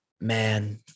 man